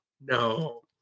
no